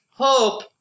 Hope